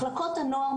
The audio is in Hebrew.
מחלקות הנוער,